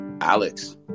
Alex